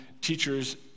teachers